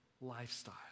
lifestyle